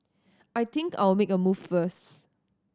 I think I'll make a move first